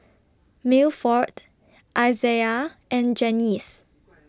Milford Isaiah and Janyce